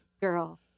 girl